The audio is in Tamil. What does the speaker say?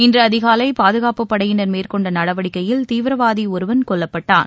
இன்று அதிகாலை பாதுகாப்புப்படையினர் மேற்கொண்ட நடவடிக்கையில் தீவிரவாதி ஒருவன் கொல்லப்பட்டான்